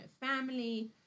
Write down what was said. family